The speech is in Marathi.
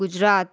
गुजरात